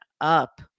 up